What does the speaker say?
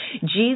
Jesus